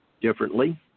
differently